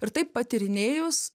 ir taip patyrinėjus